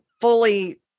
fully